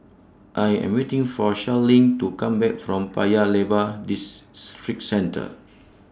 I Am waiting For Sharleen to Come Back from Paya Lebar Districentre